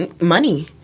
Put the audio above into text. money